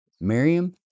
Miriam